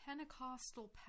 Pentecostal